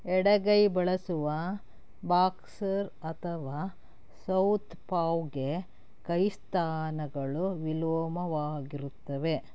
ಎಡಗೈ ಬಳಸುವ ಬಾಕ್ಸರ್ ಅಥವಾ ಸೌತ್ಪಾವ್ಗೆ ಕೈ ಸ್ಥಾನಗಳು ವಿಲೋಮವಾಗಿರುತ್ತವೆ